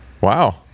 Wow